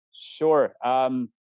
Sure